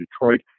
Detroit